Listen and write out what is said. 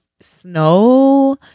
snow